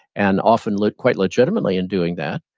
and often look quite legitimately in doing that,